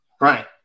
Right